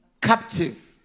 captive